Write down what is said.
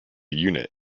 unit